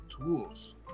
tools